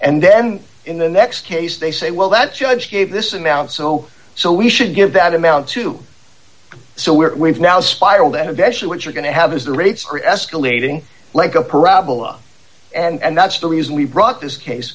and then in the next case they say well that judge gave this amount so so we should give that amount too so we're we've now spiraled out of actually what you're going to have is the rates are escalating like a parabola and that's the reason we brought this case